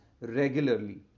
regularly